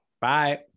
Bye